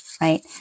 right